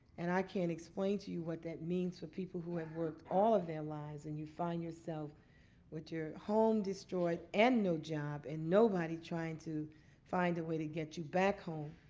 and i can't explain to you what that means to people who have worked all of their lives and you find yourself with your home destroyed and no job and nobody trying to find a way to get you back home,